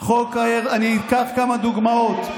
------ אקח כמה דוגמאות.